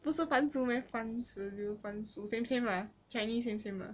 不是番薯 meh 番石榴番薯 same same lah chinese same same lah